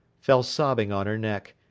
fell sobbing on her neck.